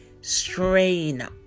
strain